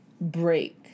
break